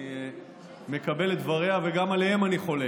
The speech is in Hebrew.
אני מקבל את דבריה וגם עליהם אני חולק.